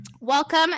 Welcome